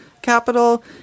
Capital